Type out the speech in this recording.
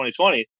2020